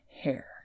hair